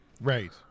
right